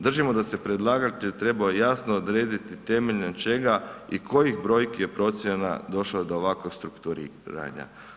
Držimo da se predlagatelj trebao jasno odrediti temeljem čega i kojih brojki je procjena došla do ovakvog strukturiranja.